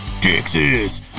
Texas